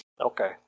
Okay